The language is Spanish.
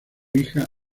hija